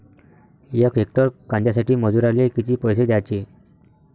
यक हेक्टर कांद्यासाठी मजूराले किती पैसे द्याचे?